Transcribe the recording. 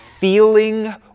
feeling